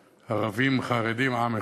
ערבים, חרדים, עם אחד.